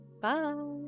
Bye